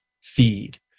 feed